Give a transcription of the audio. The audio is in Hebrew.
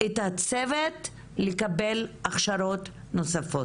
את הצוות לקבל הכשרות נוספות.